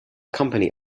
company